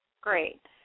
great